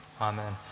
Amen